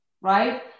right